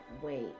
wait